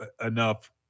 enough